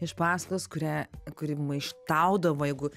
iš paskos kurią kuri maištaudavo jeigu